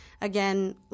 again